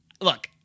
look